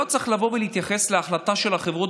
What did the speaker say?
לא צריך לבוא ולהתייחס להחלטה של חברות